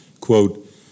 quote